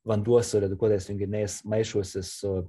vanduo su redukuotais junginiais maišosi su